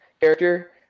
character